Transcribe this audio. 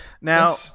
Now